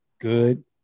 good